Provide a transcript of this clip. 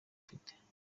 afite